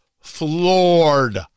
floored